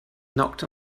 knocked